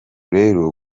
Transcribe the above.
rero